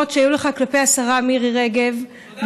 אחריה, חבר הכנסת אוחנה.